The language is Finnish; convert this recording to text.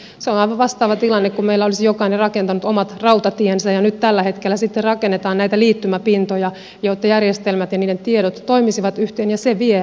se on aivan vastaava tilanne kuin meillä olisi jokainen rakentanut omat rautatiensä ja nyt tällä hetkellä sitten rakennetaan näitä liittymäpintoja jotta järjestelmät ja niiden tiedot toimisivat yhteen ja se vie aikaa